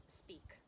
speak